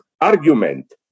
argument